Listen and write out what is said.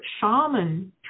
shaman